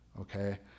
okay